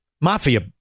mafia